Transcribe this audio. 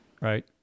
right